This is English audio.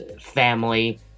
family